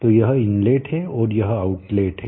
तो यह इनलेट है और यह आउटलेट है